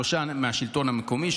שלושה מהשלטון המקומי,